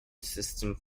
system